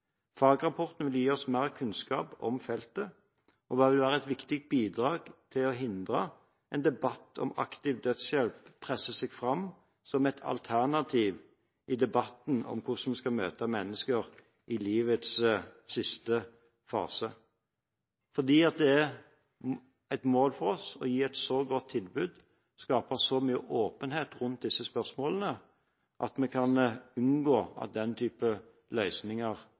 Fagrapporten vil gi oss mer kunnskap om feltet og vil være et viktig bidrag til å hindre at debatten om aktiv dødshjelp presser seg fram som et alternativ i debatten om hvordan vi skal møte mennesker i livets siste fase. Det er et mål for oss å gi et så godt tilbud og skape så mye åpenhet rundt disse spørsmålene at vi unngår at den type løsninger